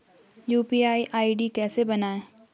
UPI ID कैसे बनायें?